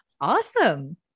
Awesome